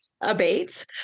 abate